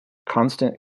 constant